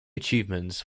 achievements